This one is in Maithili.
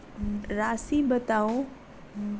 राशि बताउ